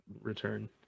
return